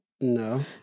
No